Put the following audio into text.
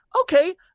okay